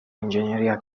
ingegneria